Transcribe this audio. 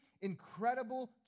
incredible